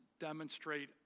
demonstrate